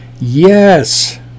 Yes